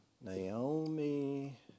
Naomi